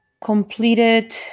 completed